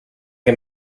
che